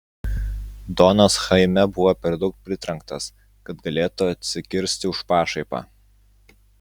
donas chaime buvo per daug pritrenktas kad galėtų atsikirsti už pašaipą